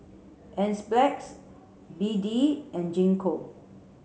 Enzyplex B D and Gingko